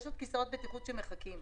יש עוד כיסאות בטיחות שמחכים.